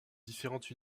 différentes